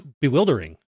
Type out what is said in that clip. bewildering